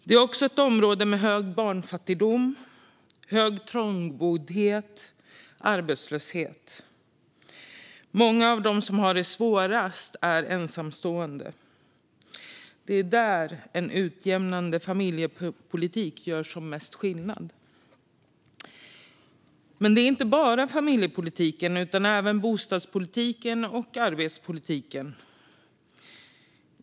Det är också ett område med hög barnfattigdom, hög trångboddhet och arbetslöshet. Många av dem som har det svårast är ensamstående. Det är där en utjämnande familjepolitik gör som mest skillnad. Men det handlar inte bara om familjepolitiken utan även om bostadspolitiken och arbetspolitiken.